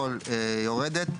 בכחול יורדת,,